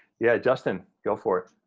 yeah, justin, go for it.